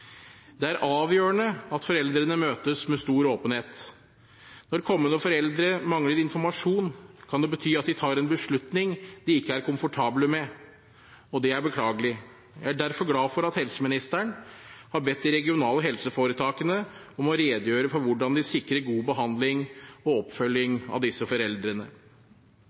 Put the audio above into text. Det er avgjørende at foreldrene møtes med stor åpenhet. Når kommende foreldre mangler informasjon, kan det bety at de tar en beslutning de ikke er komfortable med, og det er beklagelig. Jeg er derfor glad for at helseministeren har bedt de regionale helseforetakene om å redegjøre for hvordan de sikrer god behandling og oppfølging av disse foreldrene.